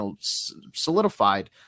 solidified